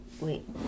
Wait